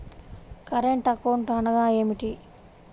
Current account అనగా ఏమిటి?